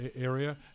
area